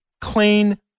clean